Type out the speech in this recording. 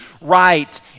right